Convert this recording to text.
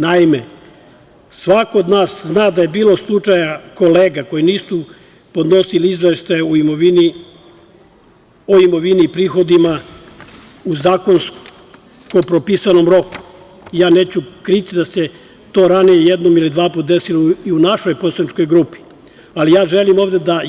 Naime, svako od nas zna da je bilo slučaja kolega koji nisu podnosili izveštaje o imovini i prihodima u zakonski propisanom roku, i neću kriti da se to ranije jednom ili dva puta desilo i u našoj poslaničkoj grupi, ali ja želim ovde da